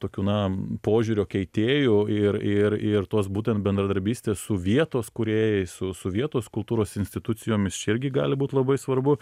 tokių na požiūrio keitėjų ir ir ir tos būtent bendradarbystės su vietos kūrėjais su su vietos kultūros institucijomis čia irgi gali būt labai svarbu